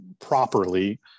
properly